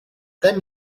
then